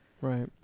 right